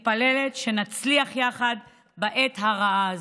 שנצליח יחד בעת הרעה הזאת.